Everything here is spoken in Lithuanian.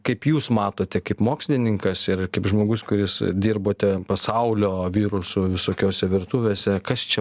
kaip jūs matote kaip mokslininkas ir kaip žmogus kuris dirbote pasaulio vyrusų visokiose virtuvėse kas čia